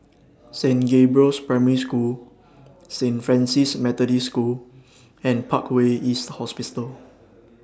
Saint Gabriel's Primary School Saint Francis Methodist School and Parkway East